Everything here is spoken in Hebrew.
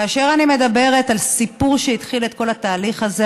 כאשר אני מדברת על הסיפור שהתחיל את כל התהליך הזה,